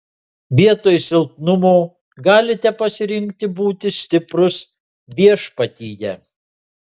vietoj silpnumo galite pasirinkti būti stiprus viešpatyje